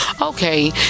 okay